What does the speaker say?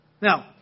Now